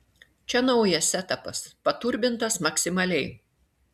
čia naujas setapas paturbintas maksimaliai